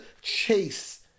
chase